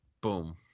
boom